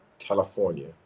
California